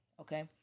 okay